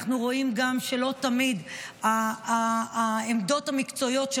אנחנו רואים גם שלא תמיד העמדות המקצועיות של